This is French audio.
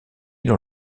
dans